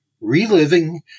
Reliving